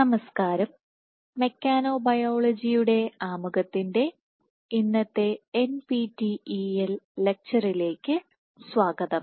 നമസ്കാരം മെക്കോബയോളജിയുടെ ആമുഖത്തിൻറെ ഇന്നത്തെ NPTEL ലെക്ച്ചറിലേക്ക് സ്വാഗതം